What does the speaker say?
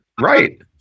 Right